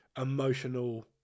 Emotional